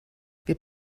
wir